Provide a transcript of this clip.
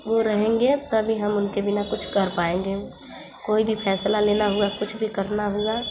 वो रहेंगे तभी हम उनके बिना कुछ पाएँगे कोई भी फ़ैसला लेना हुआ कुछ भी करना हुआ